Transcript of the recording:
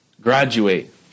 graduate